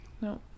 No